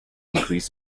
increased